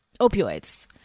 opioids